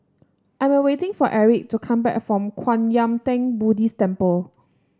I'm waiting for Aric to come back from Kwan Yam Theng Buddhist Temple